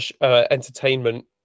entertainment